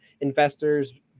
investors